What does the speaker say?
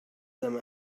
them